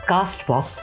Castbox